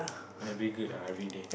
I be good ah everyday